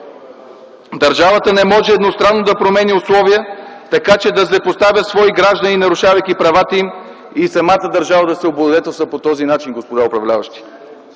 Държавата не може едностранно да променя условия, така че да злепоставя свои граждани, нарушавайки правата им, и самата тя да се облагодетелства по този начин, господа управляващи.